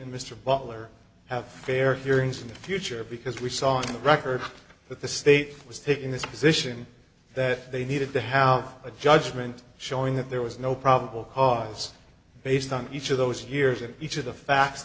and mr butler have fair hearings in the future because we saw on the record that the state was taking this position that they needed to have a judgment showing that there was no probable cause based on each of those years and each of the facts